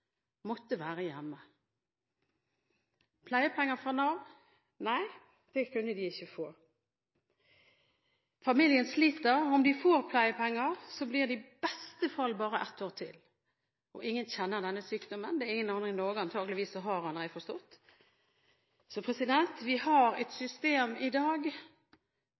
måtte være hjemme. Pleiepenger fra Nav? Nei, det kunne de ikke få. Familien sliter. Om de får pleiepenger, blir det i beste fall bare i ett år til. Ingen kjenner denne sykdommen. Jeg har forstått at det antakeligvis ikke er noen andre i Norge som har den. Vi har et system i dag